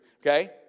okay